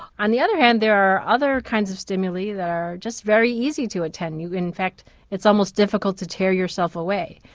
on the other hand there are other kinds of stimuli that are just very easy to attend. in fact it's almost difficult to tear yourself away,